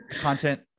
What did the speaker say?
content